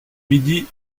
midi